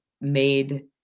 made